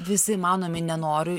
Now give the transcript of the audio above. visi įmanomi nenoriu